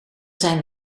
zijn